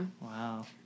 Wow